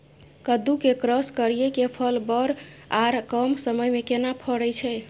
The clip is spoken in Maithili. कद्दू के क्रॉस करिये के फल बर आर कम समय में केना फरय छै?